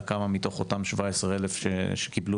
על כמה מתוך אותם 17,000 זכאים שקיבלו